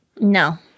no